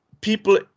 people